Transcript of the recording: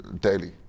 daily